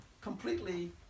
completely